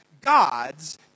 God's